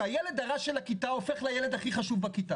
שהילד הרע של הכיתה הופך להיות הילד הכי חשוב בכיתה.